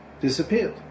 disappeared